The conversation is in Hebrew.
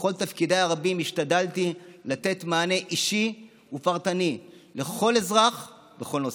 בכל תפקידיי הרבים השתדלתי לתת מענה אישי ופרטני לכל אזרח בכל נושא,